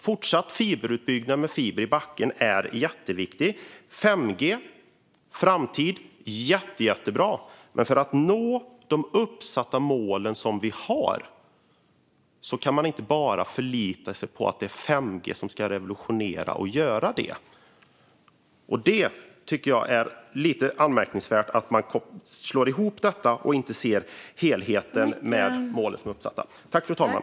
Fortsatt fiberutbyggnad med fiber i backen är jätteviktigt. 5G är framtiden och jättebra. Men för att nå de uppsatta mål som vi har kan vi inte bara förlita oss på att det är 5G som ska revolutionera allt och lösa det. Jag tycker att det är lite anmärkningsvärt att man slår ihop detta och inte ser helheten med de uppsatta målen.